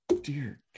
dear